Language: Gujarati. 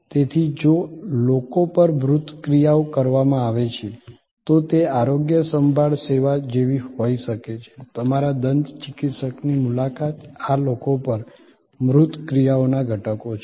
તેથી જો લોકો પર મૂર્ત ક્રિયાઓ કરવામાં આવે છે તો તે આરોગ્ય સંભાળ સેવા જેવી હોઈ શકે છે તમારા દંત ચિકિત્સકની મુલાકાત આ લોકો પર મૂર્ત ક્રિયાઓના ઘટકો છે